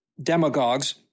demagogues